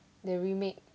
the remake